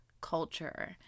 culture